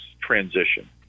transition